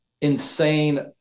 insane